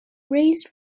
raised